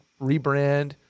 rebrand